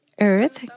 earth